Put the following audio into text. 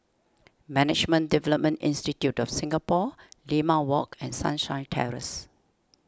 Management Development Institute of Singapore Limau Walk and Sunshine Terrace